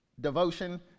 devotion